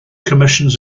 commissions